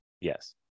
Yes